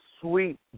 sweet